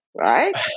right